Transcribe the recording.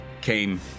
came